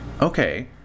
Okay